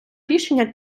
рішення